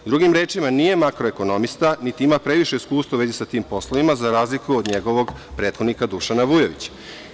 Drugim rečima, nije makroekonomista, niti ima previše iskustva u vezi sa tim poslovima, za razliku od njegovog prethodnika Dušana Vujovića.